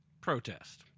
protest